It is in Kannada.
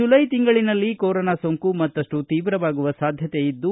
ಜುಲೈ ತಿಂಗಳಿನಲ್ಲಿ ಕೊರೊನಾ ಸೋಂಕು ಮತ್ತಪ್ಪು ತೀವ್ರವಾಗುವ ಸಾಧ್ಯತೆ ಇದ್ದು